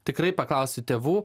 tikrai paklausiu tėvų